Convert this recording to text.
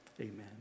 Amen